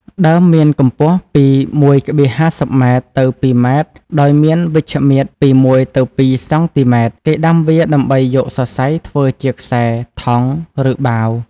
ដើមមានកំពស់ពី ១,៥០ ម៉ែត្រទៅ ២ ម៉ែត្រ ដោយ មានវិជ្ឈមាត្រពី ១ទៅ២ សងទីម៉ែត្រ គេដាំវាដើម្បីយកសរសៃធ្វើជាខ្សែ ថង់ ឬបាវ ។